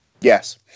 Yes